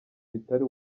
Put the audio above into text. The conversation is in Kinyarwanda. bitari